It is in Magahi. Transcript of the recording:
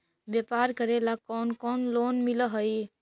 व्यापार करेला कौन कौन लोन मिल हइ?